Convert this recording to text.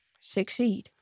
succeed